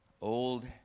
old